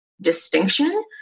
distinction